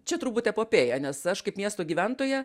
čia turbūt epopėja nes aš kaip miesto gyventoja